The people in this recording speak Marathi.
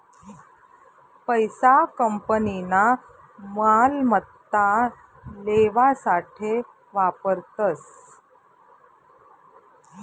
पैसा कंपनीना मालमत्ता लेवासाठे वापरतस